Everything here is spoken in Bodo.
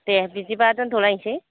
दे बिदिबा दोनथ'लायसै